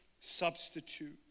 substitute